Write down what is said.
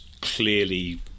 clearly